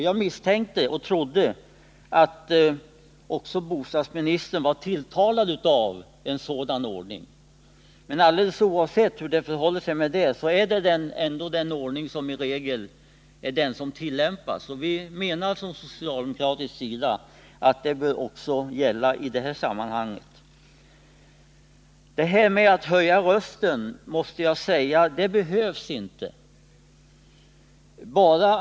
Jag trodde att också bostadsministern var tilltalad av en sådan ordning. Men alldeles oavsett hur det förhåller sig med den saken, är det ändå den ordning som i regel tillämpas. Från socialdemokratisk sida menar vi att denna ordning också bör gälla i det här sammanhanget. Här har talats om att man ibland förstärker argumenten genom att höja rösten. Jag vill säga att det i det här fallet inte behövs.